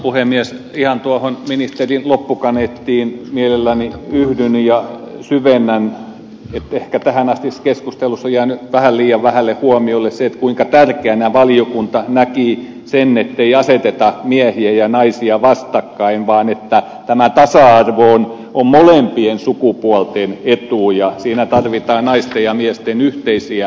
ihan tuohon ministerin loppukaneettiin mielelläni yhdyn ja sitä syvennän että ehkä tähänastisessa keskustelussa on jäänyt vähän liian vähälle huomiolle se kuinka tärkeänä valiokunta näki sen ettei aseteta miehiä ja naisia vastakkain vaan että tämä tasa arvo on molempien sukupuolten etu ja siinä tarvitaan naisten ja miesten yhteisiä ponnisteluja